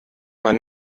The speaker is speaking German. man